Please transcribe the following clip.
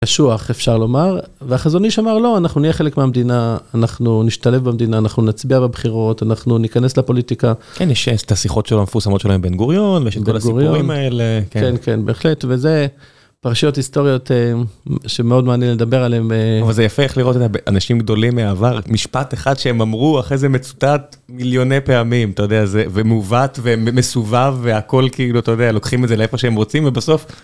קשוח אפשר לומר, והחזון איש אמר לא, אנחנו נהיה חלק מהמדינה, אנחנו נשתלב במדינה, אנחנו נצביע בבחירות, אנחנו ניכנס לפוליטיקה. כן, יש את השיחות שלו המפורסמות שלו עם בן גוריון, ויש את כל הסיפורים האלה. כן, כן, בהחלט, וזה פרשיות היסטוריות שמאוד מעניין לדבר עליהם. אבל זה יפה איך לראות אנשים גדולים מהעבר, משפט אחד שהם אמרו אחרי זה מצוטט מיליוני פעמים, אתה יודע, ומעוןת, ומסובב, והכל כאילו, אתה יודע, לוקחים את זה לאיפה שהם רוצים, ובסוף